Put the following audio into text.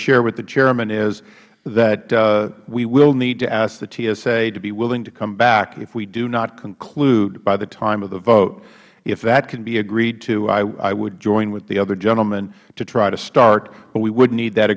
share with the chairman is that we will need to ask the tsa to be willing to come back if we do not conclude by the time of the vote if that can be agreed to i would join with the other gentleman to try to start but we would need that